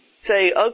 say